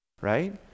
right